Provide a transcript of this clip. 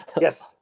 Yes